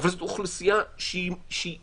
אבל זאת אוכלוסייה שהיא מבודדת,